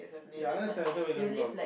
ya I understand where you're coming from